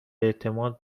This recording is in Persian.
اعتماد